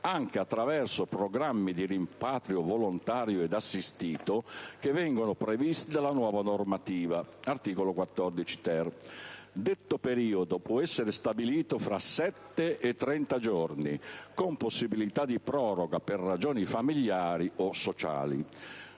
anche attraverso programmi di rimpatrio volontario ed assistito, che vengono previsti dalla nuova normativa (articolo 14-*ter*). Detto periodo può essere stabilito tra sette e trenta giorni, con possibilità di proroga per ragioni familiari o sociali.